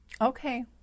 Okay